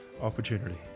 opportunity